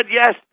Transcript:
yes